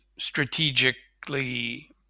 strategically